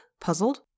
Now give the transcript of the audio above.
puzzled